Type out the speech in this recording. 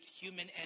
human